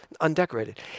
undecorated